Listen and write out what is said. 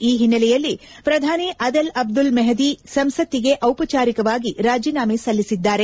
ಈ ಹಿನ್ನೆಲೆಯಲ್ಲಿ ಪ್ರಧಾನಿ ಅದೆಲ್ ಅಬ್ದುಲ್ ಮೆಹದಿ ಸಂಸತ್ತಿಗೆ ದಿಪಚಾರಿಕವಾಗಿ ರಾಜೀನಾಮೆ ಸಲ್ಲಿಸಿದ್ದಾರೆ